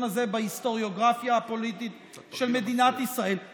הזה בהיסטוריוגרפיה הפוליטית של מדינת ישראל?